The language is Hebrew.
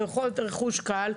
עבירות רכוש קל,